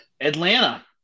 Atlanta